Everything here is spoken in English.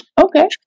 okay